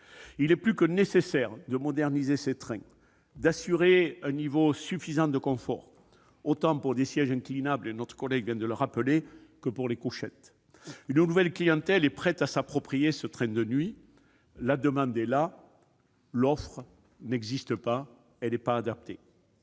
Il est plus que nécessaire de moderniser ces trains et d'assurer un niveau suffisant de confort, qu'il s'agisse des sièges inclinables- M. Gontard vient de le rappeler -ou des couchettes. Une nouvelle clientèle est prête à s'approprier le train de nuit : la demande est là, mais l'offre n'existe pas ou n'est pas adaptée.